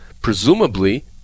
presumably